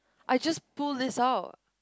I just pull this out